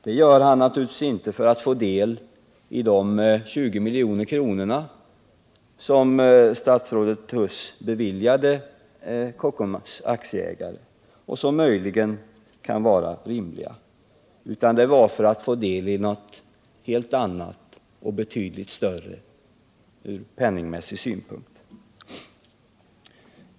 Det gör han naturligtvis inte för att få del av de 20 milj.kr. som statsrådet Huss beviljade Kockums aktieägare och som möjligen kan vara rimliga, utan det är för att få del av en betydligt större summa.